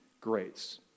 grace